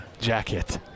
jacket